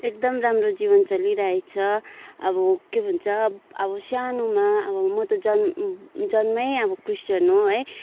एकदम राम्रो जीवन चलिरहेको छ अब के भन्छ अब सानोमा अब म त जन् जन्मै अब क्रिस्टियन हो है